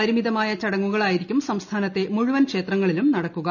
പരിമിതമായ ചടങ്ങുകളായിരിക്കും സംസ്ഥാനത്തെ മുഴുവൻ ക്ഷേത്ര ങ്ങളിലും നടക്കുക